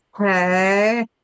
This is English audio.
Okay